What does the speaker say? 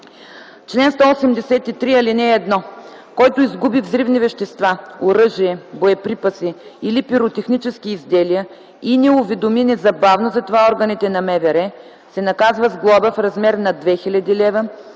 чл. 183: „Чл. 183. (1) Който изгуби взривни вещества, оръжие, боеприпаси или пиротехнически изделия и не уведоми незабавно за това органите на МВР, се наказва с глоба в размер на 2000 лв.